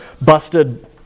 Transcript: busted